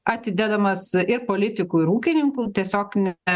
atidedamas ir politikų ir ūkininkų tiesiog ne